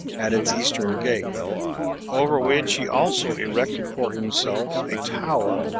at its eastern gate over which he also erected for himself a tower,